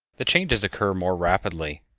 the changes occur more rapidly.